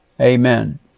Amen